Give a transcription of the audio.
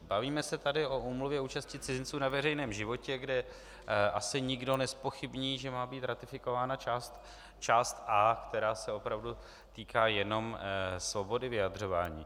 Bavíme se tady o úmluvě účasti cizinců na veřejném životě, kde asi nikdo nezpochybní, že má být ratifikována část A, která se opravdu týká jenom svobody vyjadřování.